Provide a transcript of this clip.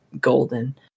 golden